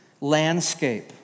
landscape